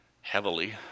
heavily